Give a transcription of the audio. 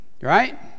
Right